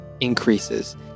increases